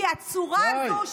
כי הצורה הזו, די.